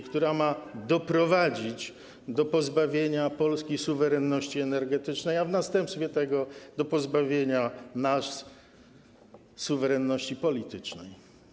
która ma doprowadzić do pozbawienia Polski suwerenności energetycznej, a w następstwie tego do pozbawienia nas suwerenności politycznej.